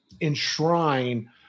enshrine